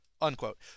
Unquote